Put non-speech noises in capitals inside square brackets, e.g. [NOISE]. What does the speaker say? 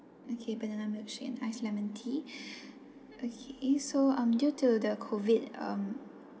okay banana milkshake and iced lemon tea [BREATH] okay so um due to the COVID um